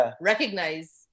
recognize